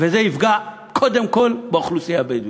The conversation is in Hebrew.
וזה יפגע קודם כול באוכלוסייה הבדואית.